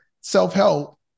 self-help